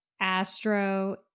Astro